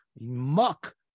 muck